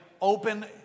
open